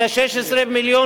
כ-20 מיליון